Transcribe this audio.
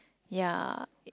ya